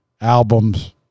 albums